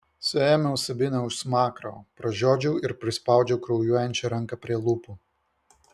suėmiau sabiną už smakro pražiodžiau ir prispaudžiau kraujuojančią ranką prie lūpų